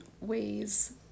ways